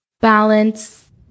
balance